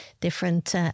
different